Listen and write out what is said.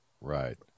Right